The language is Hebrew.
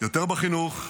יותר בחינוך,